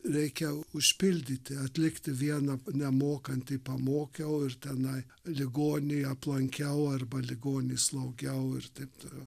reikia užpildyti atlikti vieną nemokantį pamokiau ir tenai ligonį aplankiau arba ligonį slaugiau ir taip toliau